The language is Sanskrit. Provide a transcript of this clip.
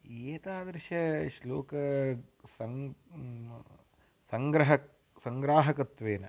एतादृशश्लोकासङ्ग् सङ्ग्रह सङ्ग्राहकत्वेन